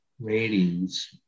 ratings